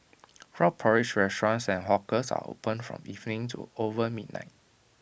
frog porridge restaurants and hawkers are opened from evening to over midnight